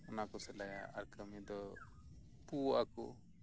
ᱚᱱᱟ ᱠᱚ ᱥᱮᱞᱟᱭᱟ ᱟᱨ ᱠᱟᱹᱢᱤ ᱫᱚ ᱯᱩᱣᱟᱠᱚ